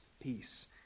peace